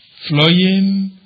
flowing